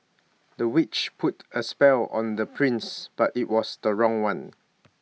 the witch put A spell on the prince but IT was the wrong one